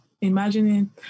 imagining